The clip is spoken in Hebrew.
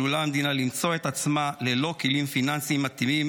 עלולה המדינה למצוא את עצמה ללא כלים פיננסיים מתאימים